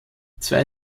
zwei